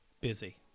busy